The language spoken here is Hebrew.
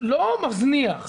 לא מזניח,